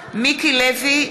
לוי,